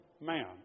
man